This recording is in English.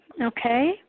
okay